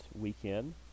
weekend